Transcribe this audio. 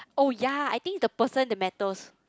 oh ya I think the person that matters